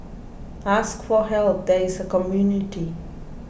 ask for help there is a community